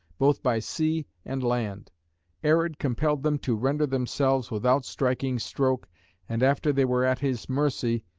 both by sea and land arid compelled them to render themselves without striking stroke and after they were at his mercy,